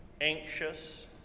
anxious